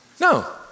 No